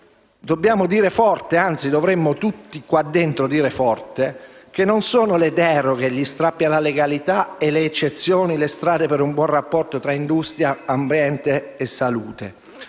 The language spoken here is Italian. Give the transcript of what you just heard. di una proroga. Dovremmo tutti qua dentro dire forte che non sono le deroghe, gli strappi alla legalità e le eccezioni le strade per un buon rapporto tra industria, ambiente e salute.